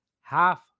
half